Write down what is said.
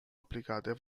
applicate